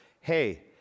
hey